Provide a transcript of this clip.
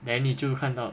then 你就看到